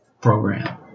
program